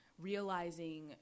realizing